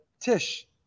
tish